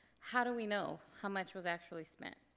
how do we know how much was actually spent?